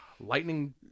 Lightning